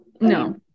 No